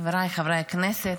חבריי חברי הכנסת,